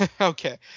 Okay